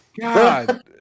God